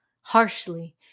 harshly